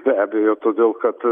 be abejo todėl kad